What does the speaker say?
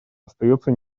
остается